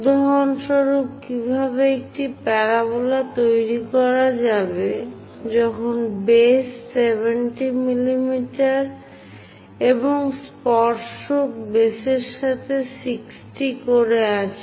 উদাহরণস্বরূপ কিভাবে একটি প্যারাবোলা তৈরি করা যাবে যখন বেস 70 মিলিমিটার এবং স্পর্শক বেসের সাথে 60 করে আছে